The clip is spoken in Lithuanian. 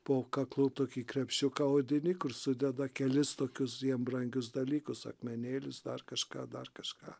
po kaklu tokį krepšiuką odinį kur sudeda kelis tokius jiem brangius dalykus akmenėlius dar kažką dar kažką